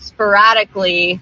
Sporadically